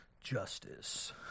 Justice